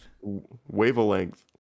Wavelength